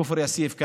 כפר יאסיף,